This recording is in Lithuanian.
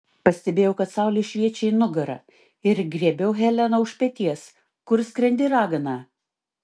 pastebėjau kad saulė šviečia į nugarą ir griebiau heleną už peties kur skrendi ragana